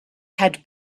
had